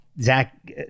Zach